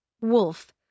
Wolf